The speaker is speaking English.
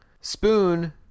Spoon